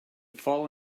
fall